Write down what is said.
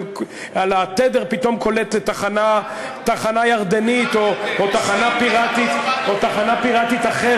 ועל התדר פתאום קולט תחנה ירדנית או תחנה פיראטית אחרת.